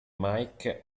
mike